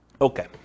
Okay